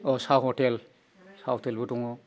अ साहा हटेल साहा हटेलबो दङ